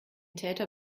täter